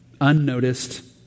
unnoticed